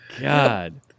God